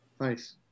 Nice